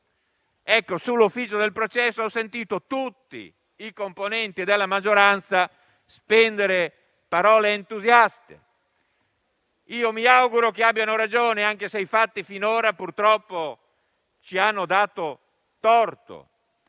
Sull'ufficio del processo ho sentito tutti i componenti della maggioranza spendere parole entusiaste; mi auguro che abbiano ragione, anche se i fatti finora purtroppo ci hanno dato torto.